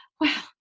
wow